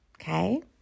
Okay